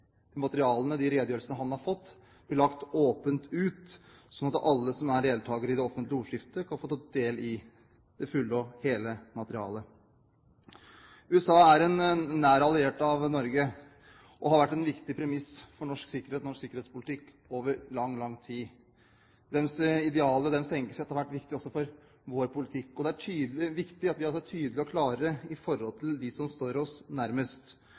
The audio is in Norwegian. redegjørelsene – han har fått, blir lagt åpent ut, slik at alle som er deltakere i det offentlige ordskiftet, kan få ta del i det fulle og hele materialet. USA er en nær alliert av Norge og har vært en viktig premiss for Norges sikkerhet og norsk sikkerhetspolitikk over lang tid. Deres idealer og deres tenkesett har vært viktig også for vår politikk. Det er viktig at vi er tydelige og klare i forhold til dem som står oss nærmest,